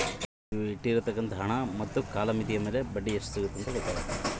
ಬ್ಯಾಂಕಿನಾಗ ಇಟ್ಟ ನನ್ನ ಡಿಪಾಸಿಟ್ ರೊಕ್ಕಕ್ಕೆ ಸಿಗೋ ಬಡ್ಡಿ ಹಣ ಎಷ್ಟು?